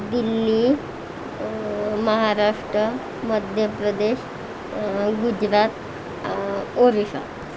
Delhi Maharashtra Madhya Pradesh Gujarat Orissa